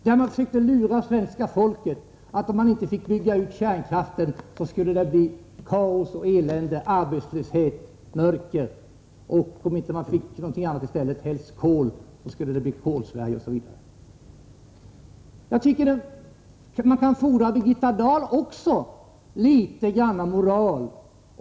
Där försökte man lura i svenska folket att det skulle bli kaos, mörker, arbetslöshet och elände, om man inte fick bygga ut kärnkraften eller fick någonting annat i stället, helst kol — det skulle bli Kolsverige, osv. Man kan också av Birgitta Dahl fordra litet moral.